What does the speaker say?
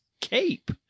cape